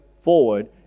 forward